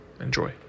Enjoy